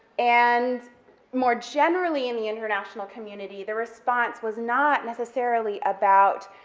and more generally in the international community, the response was not necessarily about,